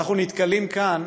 ואנחנו נתקלים כאן